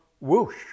whoosh